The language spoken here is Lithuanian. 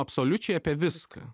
absoliučiai apie viską